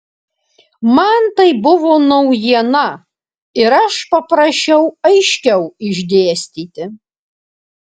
man tai buvo naujiena ir aš paprašiau aiškiau išdėstyti